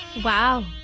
wow,